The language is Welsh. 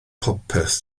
popeth